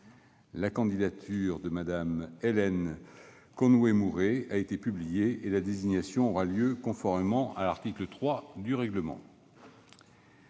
La candidature de Mme Hélène Conway-Mouret a été publiée et la désignation aura lieu conformément à l'article 3 du règlement.